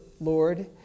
Lord